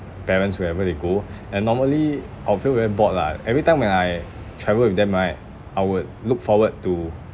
parents wherever they go and normally I'll feel very bored lah every time when I travel with them right I would look forward to